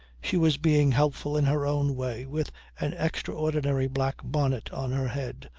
she was being helpful in her own way, with an extraordinary black bonnet on her head,